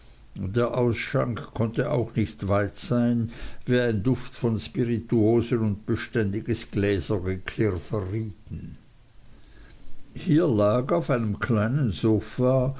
der ausschank konnte auch nicht weit sein wie ein duft von spirituosen und beständiges gläsergeklirr verrieten hier lag auf einem kleinen sofa